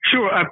Sure